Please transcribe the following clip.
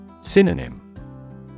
Synonym